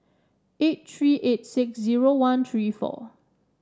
eight three eight six zero one three four